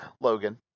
logan